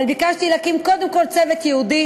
אבל ביקשתי להקים קודם כול צוות ייעודי